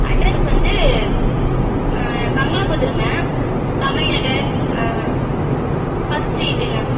address வந்து பங்களாபுதூருங்க Tamil Nagar first ஸ்ட்ரீட்டுங்க